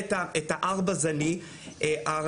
לארץ, שכבר חלק מהאוכלוסייה חוסנה.